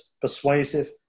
persuasive